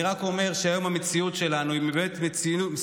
אני רק אומר שהיום המציאות שלנו היא סוף-סוף